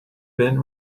been